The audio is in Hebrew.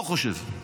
לא חושב.